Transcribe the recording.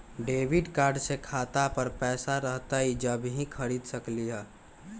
Debit card से खाता पर पैसा रहतई जब ही खरीद सकली ह?